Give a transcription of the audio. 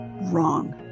Wrong